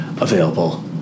available